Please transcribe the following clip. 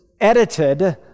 edited